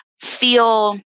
feel